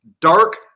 Dark